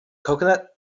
coconut